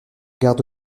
garde